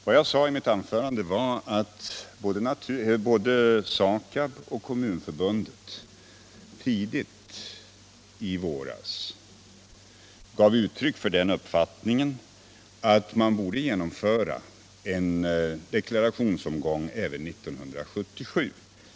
Vad jag sade i mitt anförande var att både SAKAB och Kommunförbundet tidigt i våras gav uttryck för den uppfattningen att man borde genomföra en deklarationsomgång även 1977.